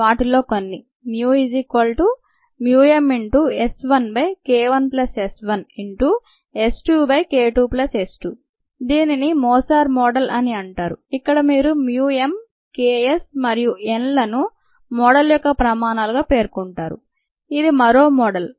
వాటిలో కొన్ని μmS1K1S1 S2K2S2 దీనిని మోసర్ మోడల్ అని అంటారు ఇక్కడ మీరు mu m K s మరియు n లను మోడల్ యొక్క ప్రమాణాలుగా పేర్కొంటారు